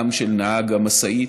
גם של נהג המשאית,